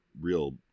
real